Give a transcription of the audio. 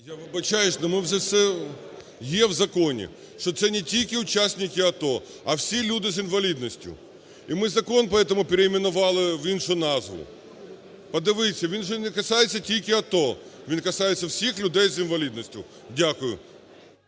Я вибачаюсь, но ми вже це… є в законі, що це не тільки учасники АТО, а всі люди з інвалідністю, і ми закон поэтому перейменували в іншу назву. Подивіться, він же не касається тільки АТО, він касається всіх людей з інвалідністю. Дякую.